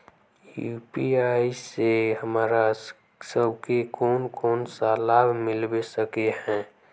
UPI से हमरा सब के कोन कोन सा लाभ मिलबे सके है?